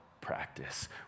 practice